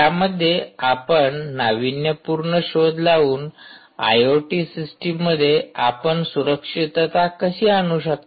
यामध्ये आपण नावीन्यपूर्ण शोध लावून आयओटी सिस्टममध्ये आपण सुरक्षितता कशी आणू शकता